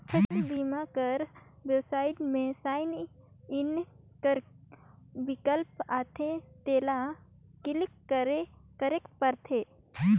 फसिल बीमा कर बेबसाइट में साइन इन कर बिकल्प आथे तेला क्लिक करेक परथे